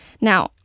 Now